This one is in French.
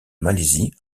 malaisie